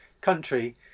country